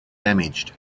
damaged